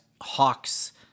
Hawks